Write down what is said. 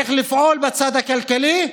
איך לפעול בצד הכלכלי,